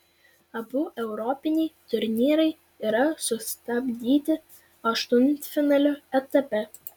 abu europiniai turnyrai yra sustabdyti aštuntfinalio etape